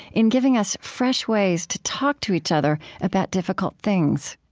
in giving us fresh ways to talk to each other about difficult things